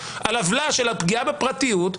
על עוולה של הפגיעה בפרטיות,